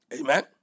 Amen